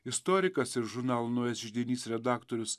istorikas ir žurnalo naujasis židinys redaktorius